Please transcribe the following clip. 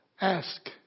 Ask